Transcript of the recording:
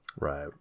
Right